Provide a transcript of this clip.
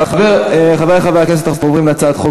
הצעת החוק עברה ותועבר לדיון,